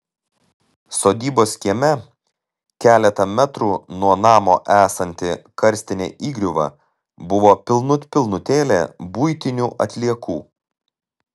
sodybos kieme keletą metrų nuo namo esanti karstinė įgriuva buvo pilnut pilnutėlė buitinių atliekų